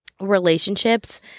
relationships